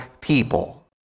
people